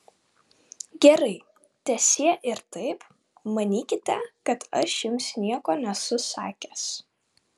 gerai teesie ir taip manykite kad aš jums nieko nesu sakęs